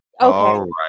okay